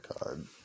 God